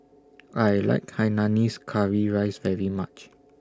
I like Hainanese Curry Rice very much